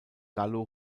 gallo